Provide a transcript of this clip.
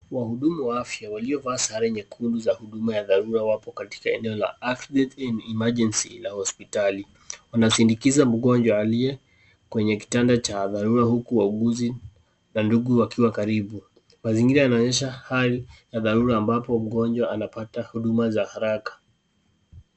Wahudumu wa afya waliovaa sare nyekundu za huduma ya dharura wapo katika eneo la Accidents & Emergency la hospitali. Wanasindikiza mgonjwa aliye kwenye kitanda cha dharura huku wauguzi na ndugu wakiwa karibu. Mazingira yanaonyesha hali ya dharura ambapo mgonjwa anapata huduma za haraka.